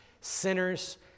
Sinners